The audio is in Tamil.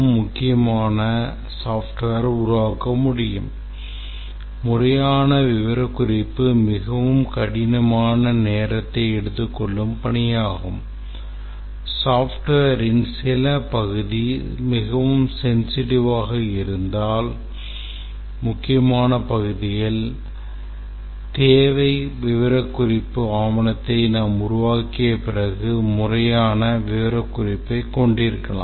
முறையான விவரக்குறிப்பு தேவை விவரக்குறிப்பு ஆவணத்தை நாம் உருவாக்கிய பிறகு முறையான விவரக்குறிப்பைக் கொண்டிருக்கலாம்